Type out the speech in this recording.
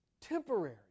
temporary